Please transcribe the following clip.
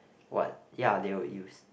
what ya they would use